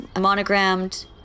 monogrammed